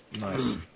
nice